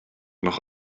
noch